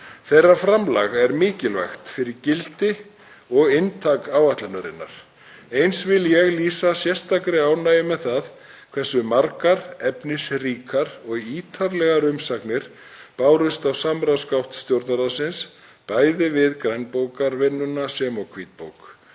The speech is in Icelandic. þeirra er mikilvægt fyrir gildi og inntak áætlunarinnar. Eins vil ég lýsa sérstakri ánægju með það hversu margar efnisríkar og ítarlegar umsagnir bárust á samráðsgátt Stjórnarráðsins, bæði við grænbókarvinnuna sem